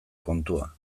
kontua